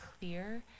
clear